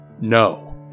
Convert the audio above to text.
no